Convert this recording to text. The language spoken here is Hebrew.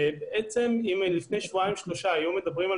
אם לפני שבועיים-שלושה היו מדברים על